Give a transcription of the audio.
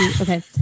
okay